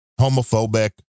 homophobic